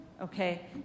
okay